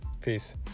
peace